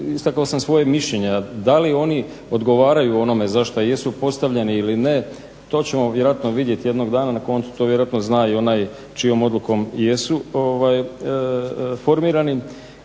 istakao sam svoje mišljenje, ali da li oni odgovaraju onome za što jesu postavljeni ili ne, to ćemo vjerojatno vidjeti jednog dana, na koncu to vjerojatno zna i onaj čijom odlukom jesu formirani.